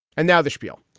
and now the spiel.